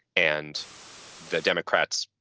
and the democrats,